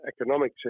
economic